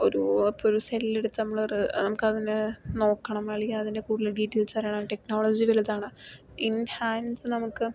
ഒരു ഇപ്പോൾ ഒരു സെല്ലെടുത്ത് നമ്മള് നമക്കതിനെ നോക്കണം അല്ലെങ്കിൽ അതിനെ കൂടുതൽ ഡീറ്റെയിൽസ് അറിയാനുള്ള ടെക്നോളജികളിതാണ് ഇൻ ഹാൻഡ്സ് നമുക്ക്